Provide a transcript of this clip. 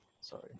sorry